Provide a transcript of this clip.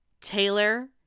Taylor